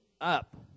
up